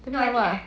keluar-keluar